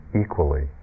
equally